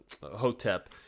Hotep